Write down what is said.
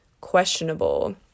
questionable